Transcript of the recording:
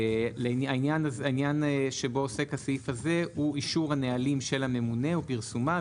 העניין שבו עוסק הסעיף הזה הוא אישור הנהלים של הממונה או פרסומם.